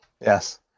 Yes